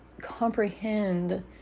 comprehend